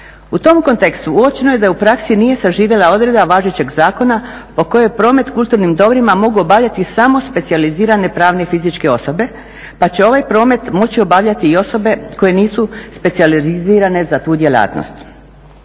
U tom kontekstu uočeno je da u praksi nije saživjala odredba važećeg zakona po kojoj promet kulturnim dobrima mogu obavljati samo specijalizirane pravne i fizičke osobe, pa će ovaj promet moći obavljati i osobe koje nisu specijalizirane za tu djelatnost.